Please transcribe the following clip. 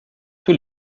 tous